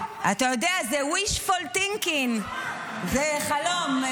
אתה יודע, זה wishful thinking, זה חלום.